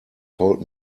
told